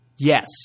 Yes